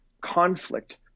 conflict